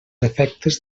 efectes